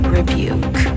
Rebuke